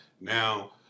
now